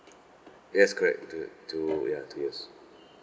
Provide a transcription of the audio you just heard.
yes correct two two ya two years